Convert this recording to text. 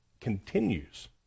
continues